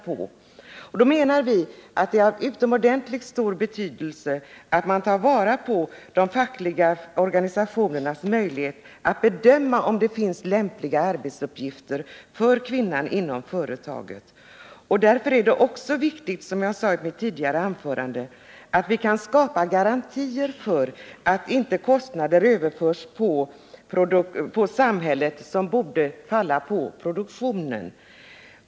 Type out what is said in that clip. Vi anser därför att det är av utomordentligt stor betydelse att man, såsom vi föreslår i reservationen 1, tar vara på de fackliga organisationernas möjligheter att bedöma om det finns lämpliga arbetsuppgifter för kvinnan inom företaget. Dä r det också viktigt, som jag sade i mitt anförande, att vi kan skapa garantier för att det inte på samhället förs över kostnader som borde falla på produktionen.